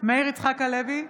מאיר יצחק הלוי,